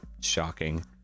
shocking